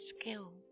skill